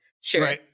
sure